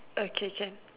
okay can